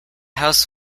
house